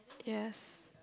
yes